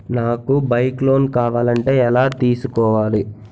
నాకు bike loan కావాలంటే ఎలా తీసుకోవాలి?